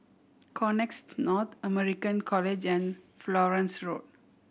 Connexis North American College and Florence Road